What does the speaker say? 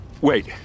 Wait